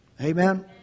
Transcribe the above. Amen